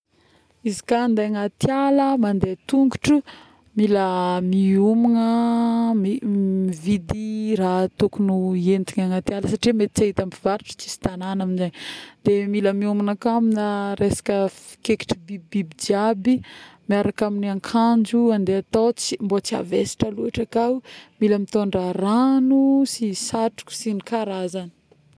izy ka andeha agnaty ala mandeha antongotro, mila mihomagna˂noise˃ mividy raha tokogny entigny agnaty ala satria mety ts ahita mpivarotro tsisy tagnana aminjay de mila miomagna ka amina resaka kekitrign'ny bibibiby jiaby miaraka amina akanjo andeha atao tsy, mba tsy avesatra lôtry ka, mila mitôndra ragno sy satroky sy ny karazagny